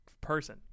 person